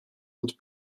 und